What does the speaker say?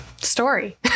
story